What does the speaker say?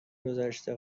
گذشته